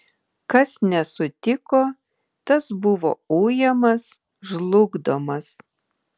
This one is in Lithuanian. kas nesutiko tas buvo ujamas žlugdomas